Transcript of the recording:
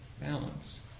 balance